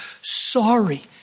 sorry